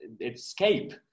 escape